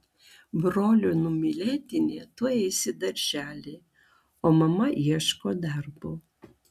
brolių numylėtinė tuoj eis į darželį o mama ieško darbo